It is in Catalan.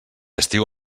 estiu